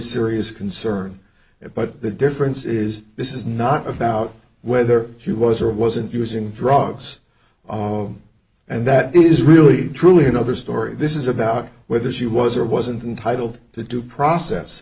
serious concern but the difference is this is not about whether she was or wasn't using drugs on and that is really truly another story this is about whether she was or wasn't intitled to due process